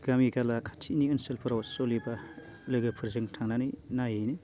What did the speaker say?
गामि गाला खाथिनि ओनसोलफोराव सोलिबा लोगोफोरजों थांनानै नायो